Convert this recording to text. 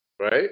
Right